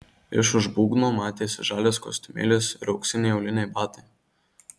iš už būgno matėsi žalias kostiumėlis ir auksiniai auliniai batai